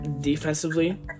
Defensively